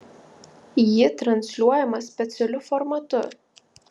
ji transliuojama specialiu formatu